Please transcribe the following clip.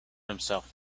himself